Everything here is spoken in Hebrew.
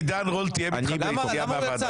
שאלו אם עידן רול תיאם איתך את היציאה מהוועדה.